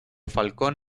falcón